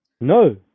No